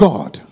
God